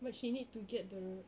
but she need to get the